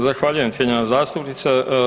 Zahvaljujem, cijenjena zastupnice.